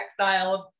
exiled